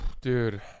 dude